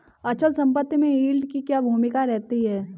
अचल संपत्ति में यील्ड की क्या भूमिका रहती है?